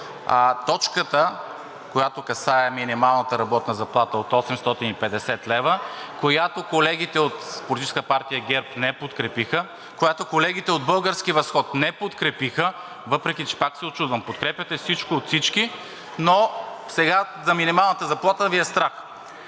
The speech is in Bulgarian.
Точката, която касае минималната работна заплата от 850 лв., която колегите от Политическа партия ГЕРБ не подкрепиха, която колегите от „Български възход“ не подкрепиха, въпреки че пак се учудвам – подкрепяте всичко от всички, но сега за минималната заплата Ви е страх,